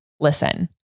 listen